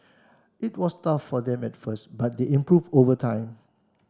it was tough for them at first but they improved over time